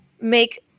make